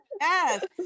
yes